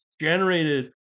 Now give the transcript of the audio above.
generated